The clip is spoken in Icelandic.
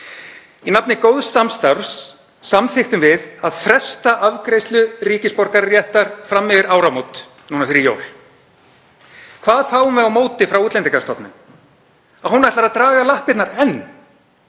Í nafni góðs samstarfs samþykktum við að fresta afgreiðslu ríkisborgararéttar fram yfir áramót núna fyrir jól. Hvað fáum við á móti frá Útlendingastofnun? Að hún ætlar enn að draga lappirnar. Hún